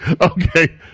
okay